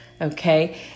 okay